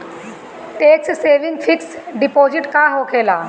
Tax saving fix deposit का होखे ला?